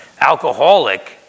alcoholic